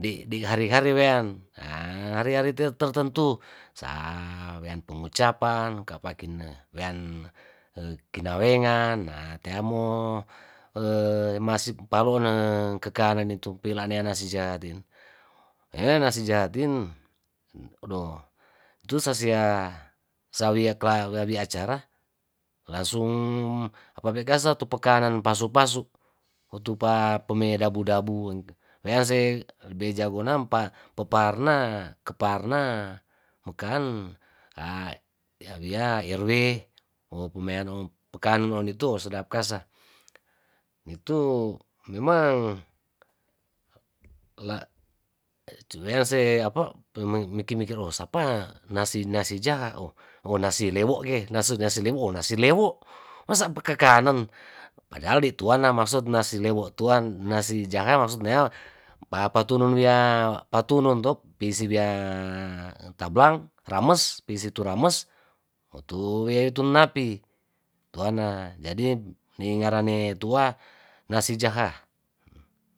Di di hari hari wean hari hari tertentu sa wean pengucapan kapakin wean kinawengan ahh teamo masip palo ne kekawean pilawean nasi jaha den ea nasi jaha den odoh itu sasea kla wawia wi acara langsung apabe kasa itu pekanan pasu pasu otupa pemei dabu dabu weanse lebe jagonam pa peparna keparna mekaan awiya erwe nopumea pekanan oitu ohh sedap kasa nitu memang la weanse mo mikir mikir itu oasapa nasi nasi jaha oh nasi lewo ke nasu nasi lewo ohh nasi lewo' masa pekakanen padahal netuana maksud nasi lewo tuan nasi jaha maksud nea patunun wia patunun to besi wiaa tablang rames besitu rames otutu napi toana jadi ningarane tua nasi jaha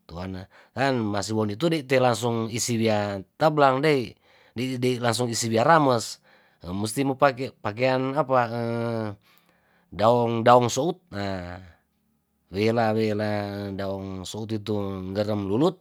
toane kan masi won di' tu telansung isi wian tablang dei dei wia isi wia rames mesti mopake pakean apa daong daong sout wela wela daong sout itu ngerem lulut.